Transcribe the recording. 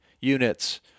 units